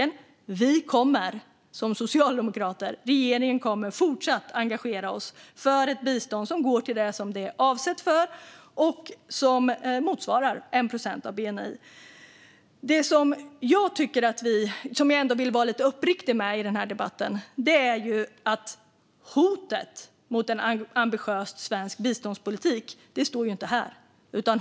Vi i regeringen kommer, som socialdemokrater, att fortsätta att engagera oss för ett bistånd som går till det som det är avsett för och som motsvarar 1 procent av bni. Det som jag ändå vill vara lite uppriktig med i den här debatten är att hotet mot en ambitiös svensk biståndspolitik inte står här.